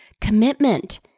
commitment